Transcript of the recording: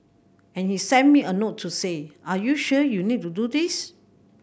and he sent me a note to say are you sure you need to do this